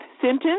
sentence